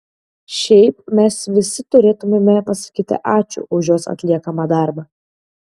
šiaip mes visi turėtumėme pasakyti ačiū už jos atliekamą darbą